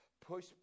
push